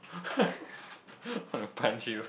wanna punch you